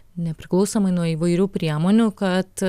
nepriklausomai nuo įvairių priemonių kad